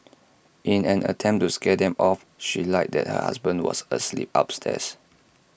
in an attempt to scare them off she lied that her husband was asleep upstairs